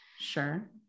Sure